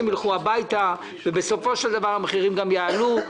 ילכו הביתה ובסופו של דבר המחירים גם יעלו?